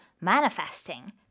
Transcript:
manifesting